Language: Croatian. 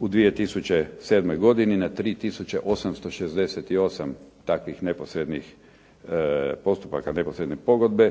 u 2007. godini na 3 tisuće 868 takvih neposrednih postupaka neposredne pogodbe